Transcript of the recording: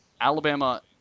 Alabama